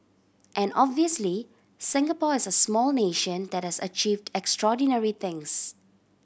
and obviously Singapore is a small nation that has achieved extraordinary things